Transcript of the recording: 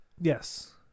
Yes